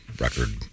record